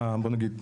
בואו נגיד,